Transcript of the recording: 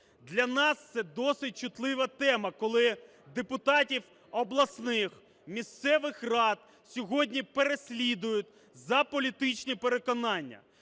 для нас це досить чутлива тема, коли депутатів обласних, місцевих рад сьогодні переслідують за політичні переконання.